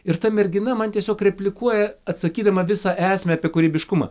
ir ta mergina man tiesiog replikuoja atsakydama visą esmę apie kūrybiškumą